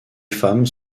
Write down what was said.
femmes